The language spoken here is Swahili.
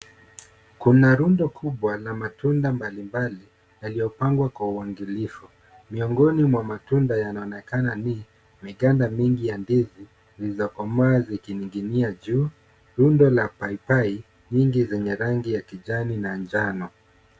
Kuna rundo kubwa la matunda mbalimbali yaliyopangwa kwa uangalifu. Miongoni mwa matunda yanayoonekana ni maganda mingi ya ndizi zilizokomaa zikining'inia juu. Rundo la paipai nyingi zenye rangi ya kijani na njano.